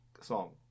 song